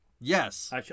Yes